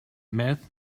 meth